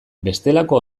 bestelako